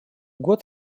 год